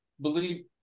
believe